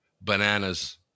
bananas